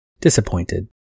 disappointed